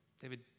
David